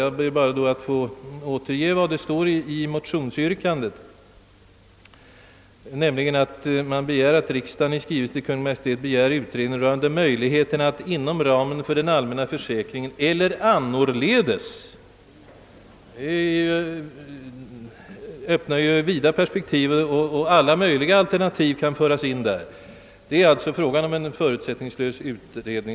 Jag vill då bara äterge vad som står i motionsyrkandet: Vi hemställer, »att riksdagen måtte i skrivelse till Kungl. Maj:t begära utredning rörande möjligheterna att inom ramen för den allmänna försäkringen eller annorledes ...» Denna formulering rymmer ju alla möjliga alternativ till frågans prövning och lösning. Vårt yrkande gäller alltså en förutsättningslös utredning.